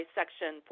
Section